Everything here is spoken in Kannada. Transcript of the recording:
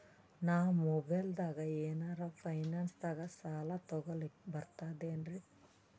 ನಾ ಮೊಬೈಲ್ದಾಗೆ ಏನರ ಫೈನಾನ್ಸದಾಗ ಸಾಲ ತೊಗೊಲಕ ಬರ್ತದೇನ್ರಿ?